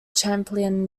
champlain